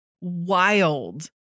wild